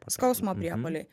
skausmo priepuoliai